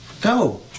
Go